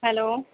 hello